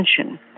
attention